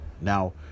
Now